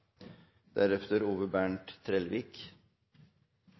Representanten Ove Bernt Trellevik